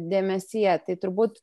dėmesyje tai turbūt